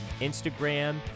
Instagram